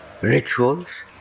rituals